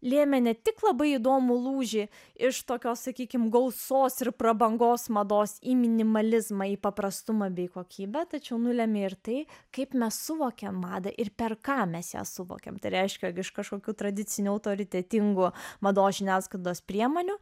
lėmė ne tik labai įdomų lūžį iš tokios sakykime gausos ir prabangos mados į minimalizmą paprastumą bei kokybę tačiau nulemia ir tai kaip mes suvokėme madą ir per ką mes ją suvokėme reiškia iš kažkokių tradicinių autoritetingų mados žiniasklaidos priemonių